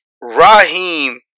Raheem